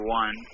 one